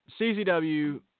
ccw